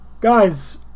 Guys